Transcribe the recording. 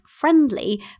friendly